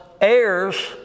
heirs